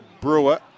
Brewer